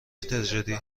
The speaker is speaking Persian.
تجاری